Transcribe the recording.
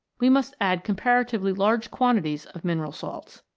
we must add com paratively large quantities of mineral salts.